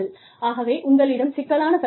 ஆகவே உங்களிடம் சிக்கலான சலுகை தொகுப்பு உள்ளது